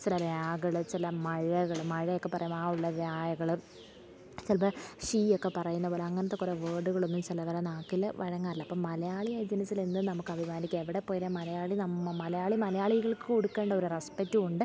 ചില ഴകൾ ചില മഴകൾ മഴയൊക്കെ പറയുമ്പോൾ ആ ഉള്ള ഴകൾ ചിലപ്പോൾ ശി ഒക്കെ പറയുന്നതുപോലെ അങ്ങനത്തെ കുറേ വേഡുകൾ മീൻസ് ചിലരെ നാക്കിൽ വഴങ്ങാറില്ല അപ്പം മലയാളി ആയി ജനിച്ചതിൽ എന്നും നമുക്ക് അഭിമാനിക്കാം എവിടെ പോയാലും മലയാളി നം മലയാളി മലയാളികൾക്ക് കൊടുക്കേണ്ടൊരു റെസ്പെക്റ്റ് ഉണ്ട്